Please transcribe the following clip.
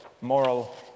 moral